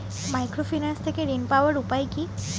Microfinance থেকে ঋণ পাওয়ার উপায় কি?